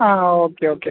ആ okay okay